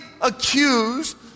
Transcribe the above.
accused